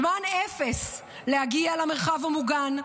זמן אפס להגיע למרחב המוגן,